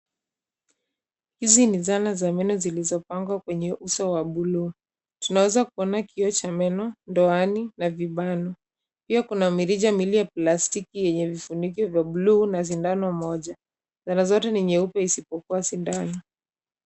Hizi ni zana za meno zilizopangwa kwenye uso wa buluu. Tunaweza kuona kioo cha meno, doani na vibano pia kuna mirija miwili ya plastiki yenye vifunikio vya buluu na sindano moja. Zana zote ni nyeupe isipokuwa sindano.